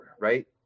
right